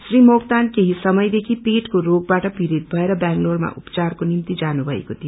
श्री मोक्तान केही समयदेखि पेटको ग्रेबाट पीड़ित भएर बेंगलोर मा उपचारको भिनम्ति जानुभएको थियो